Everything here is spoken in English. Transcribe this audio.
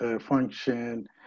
function